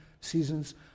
seasons